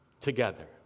together